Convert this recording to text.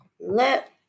let